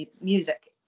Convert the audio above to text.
music